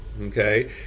okay